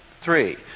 Three